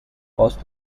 was